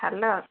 hello